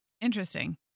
Interesting